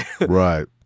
right